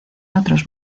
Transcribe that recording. otros